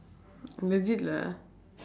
legit lah